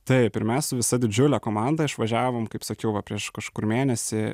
taip ir mes su visa didžiule komanda išvažiavom kaip sakiau va prieš kažkur mėnesį